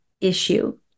issue